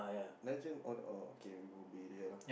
Nancy oder all okay we Ubi area lah